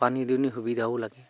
পানী দুনি সুবিধাও লাগে